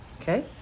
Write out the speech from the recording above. Okay